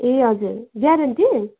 ए हजुर ग्यारेन्टी